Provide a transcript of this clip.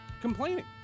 complaining